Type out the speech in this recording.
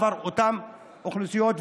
בעבור אותן אוכלוסיות,